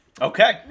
Okay